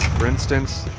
for instance,